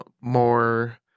more